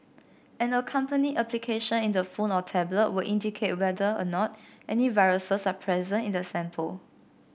an accompanying application in the phone or tablet will indicate whether or not any viruses are present in the sample